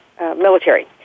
military